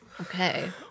Okay